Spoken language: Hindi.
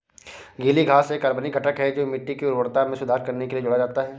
गीली घास एक कार्बनिक घटक है जो मिट्टी की उर्वरता में सुधार करने के लिए जोड़ा जाता है